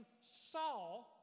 saw